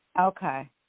Okay